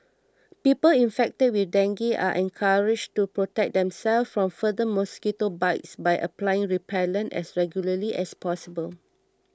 people infected with dengue are encouraged to protect themselves from further mosquito bites by applying repellent as regularly as possible